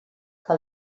que